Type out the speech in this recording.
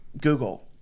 google